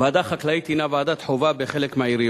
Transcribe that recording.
אתה פה רק, שייקח סמכויות מידי.